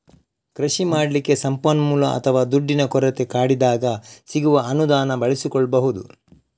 ಕೃಷಿ ಮಾಡ್ಲಿಕ್ಕೆ ಸಂಪನ್ಮೂಲ ಅಥವಾ ದುಡ್ಡಿನ ಕೊರತೆ ಕಾಡಿದಾಗ ಸಿಗುವ ಅನುದಾನ ಬಳಸಿಕೊಳ್ಬಹುದು